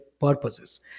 purposes